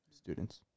Students